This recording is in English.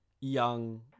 young